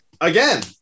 again